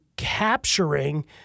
Capturing